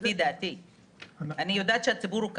אני יודעת שהציבור הוא קשוב,